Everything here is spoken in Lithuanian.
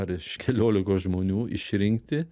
ar iš keliolikos žmonių išrinkti